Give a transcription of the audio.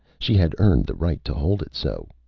she had earned the right to hold it so.